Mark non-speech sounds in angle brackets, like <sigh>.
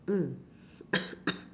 mm <coughs>